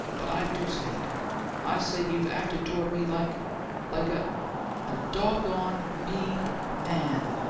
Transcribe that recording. but i do say it i say you've acted toward me like like a a doggone mean man!